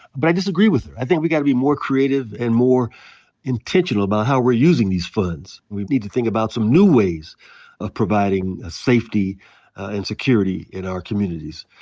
but i disagree with her. i think we've gotta be more creative and more intentional about how we're using these funds. we need to think about some new ways of providing safety and security in our communities.